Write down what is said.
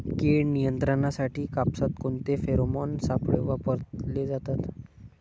कीड नियंत्रणासाठी कापसात कोणते फेरोमोन सापळे वापरले जातात?